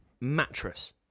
Mattress